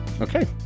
Okay